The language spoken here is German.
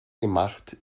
gemacht